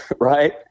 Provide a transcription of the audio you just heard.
Right